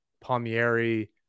Palmieri